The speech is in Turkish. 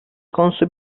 konusu